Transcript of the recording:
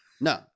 No